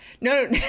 No